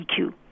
eq